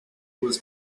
was